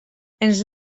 ens